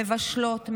מבשלות,